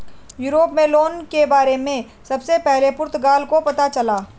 Europe में loan के बारे में सबसे पहले पुर्तगाल को पता चला